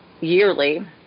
yearly